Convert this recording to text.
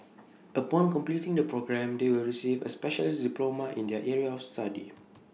upon completing the programme they will receive A specialist diploma in their area of study